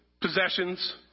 possessions